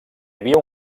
havia